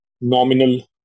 nominal